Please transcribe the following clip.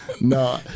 No